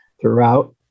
throughout